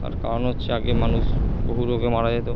তার কারণ হচ্চে আগে মানুষ বহু রোগে মারা যেতো